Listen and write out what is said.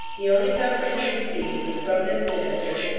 the only comfort he received was from this minister,